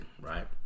right